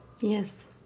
Yes